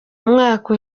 mwaka